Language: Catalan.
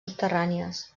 subterrànies